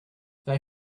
they